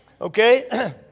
Okay